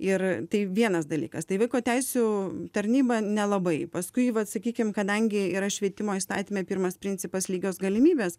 ir tai vienas dalykas tai vaiko teisių tarnyba nelabai paskui vat sakykim kadangi yra švietimo įstatyme pirmas principas lygios galimybės